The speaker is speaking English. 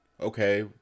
okay